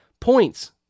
points